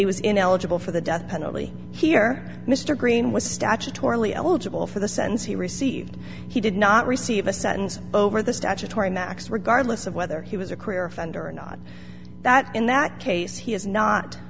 he was ineligible for the death penalty here mr green was statutorily eligible for the sentence he received he not receive a sentence over the statutory max regardless of whether he was a career offender or not that in that case he is not